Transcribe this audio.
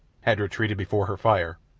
had retreated before her fire,